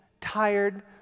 tired